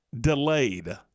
delayed